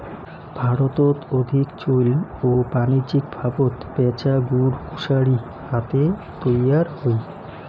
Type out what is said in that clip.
ভারতত অধিক চৈল ও বাণিজ্যিকভাবত ব্যাচা গুড় কুশারি হাতে তৈয়ার হই